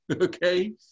okay